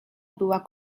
była